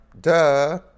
Duh